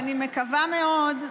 אני מקווה מאוד,